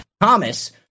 Thomas